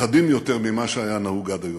חדים יותר ממה שהיה נהוג עד היום.